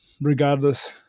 regardless